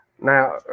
Now